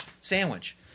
sandwich